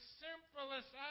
simplest